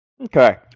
Okay